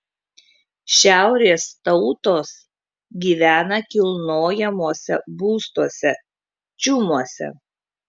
šiaurės tautos gyvena kilnojamuose būstuose čiumuose